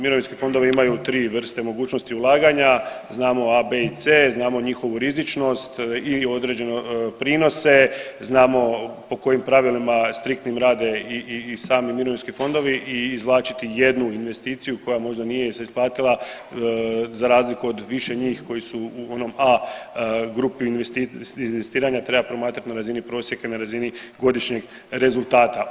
Mirovinski fondovi imaju tri vrste mogućnosti ulaganja, znamo A, B i C, znamo njihovu rizičnost i određene prinose, znamo po kojim pravilima striktnim rade i sami mirovinski fondovi i izvlačiti jednu investiciju koja možda nije se isplatila za razliku od više njih koji su u onom A grupi investiranja treba promatrati na razini prosjeka i na razini godišnjeg rezultata.